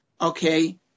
okay